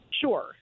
Sure